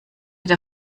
der